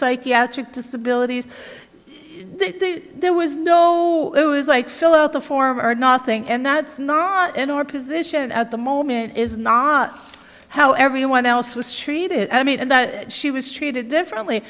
psychiatric disability there was no it was like fill out the form or not thing and that's not in our position at the moment is not how everyone else was treated i mean and that she was treated differently